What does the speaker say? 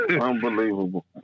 Unbelievable